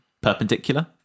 perpendicular